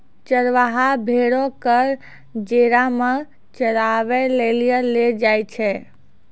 चरबाहा भेड़ो क जेरा मे चराबै लेली लै जाय छै